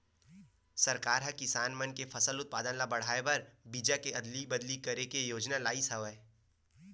सरकार ह किसान मन के फसल उत्पादन ल बड़हाए बर बीजा के अदली बदली करे के योजना लइस हवय